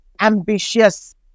ambitious